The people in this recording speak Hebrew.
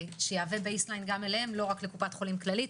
שיהווה evidence based גם להם - לא רק לקופת חולים כללית.